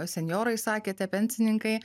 senjorai sakėte pensininkai